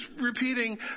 repeating